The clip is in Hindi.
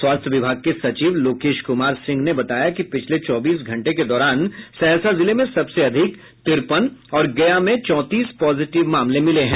स्वास्थ्य विभाग के सचिव लोकेश कुमार सिंह ने बताया कि पिछले चौबीस घंटे के दौरान सहरसा जिले में सबसे अधिक तिरपन और गया में चौंतीस पॉजिटिव मामले मिले हैं